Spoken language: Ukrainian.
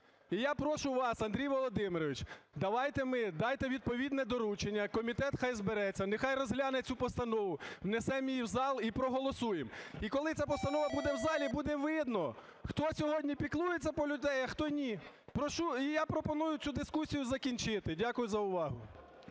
І я прошу вас, Андрій Володимирович, давайте ми… дайте відповідне доручення, комітет хай збереться, нехай розгляне цю постанову, внесемо її в зал і проголосуємо. І коли ця постанова буде в залі, буде видно, хто сьогодні піклується про людей, а хто ні. І я пропоную цю дискусію закінчити. Дякую за увагу.